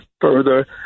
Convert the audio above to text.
further